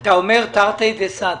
אתה אומר תרתי דסתרי,